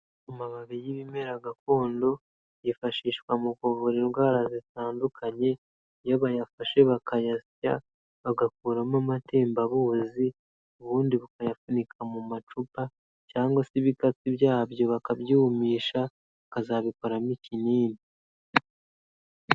Aamababi y'ibimera gakondo yifashishwa mu kuvura indwara zitandukanye, iyo bayafashe bakayasya bagakuramo amatembabuzi, ubundi bakayafunika mu macupa cyangwa se ibikatsi byabyo bakabyumisha, bakazabikoramo ikinini.